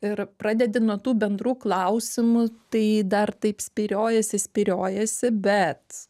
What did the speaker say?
ir pradedi nuo tų bendrų klausimų tai dar taip spyriojasi spyriojasi bet